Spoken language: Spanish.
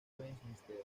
westminster